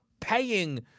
paying